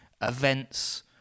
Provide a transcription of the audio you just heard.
events